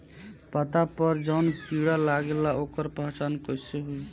पत्ता पर जौन कीड़ा लागेला ओकर पहचान कैसे होई?